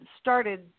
started